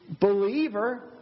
believer